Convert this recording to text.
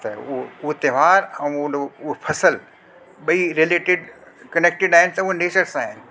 त उहो उहो त्योहार ऐं ओलो हूअ फसल ॿई रिलेटिड कनेक्टिड आहिनि त उहो नेचर सां आहिनि